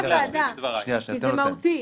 או כלכלה הוועדה פה היא ועדה מיוחדת,